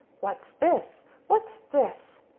what's this! what's this!